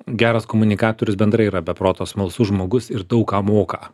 geras komunikatorius bendrai yra be proto smalsus žmogus ir daug ką moka